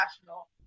national